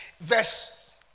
Verse